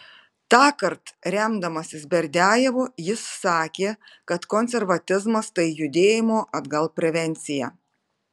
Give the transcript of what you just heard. tąkart remdamasis berdiajevu jis sakė kad konservatizmas tai judėjimo atgal prevencija